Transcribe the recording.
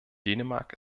dänemark